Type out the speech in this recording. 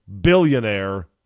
billionaire